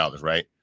Right